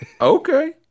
Okay